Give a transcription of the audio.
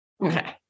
Okay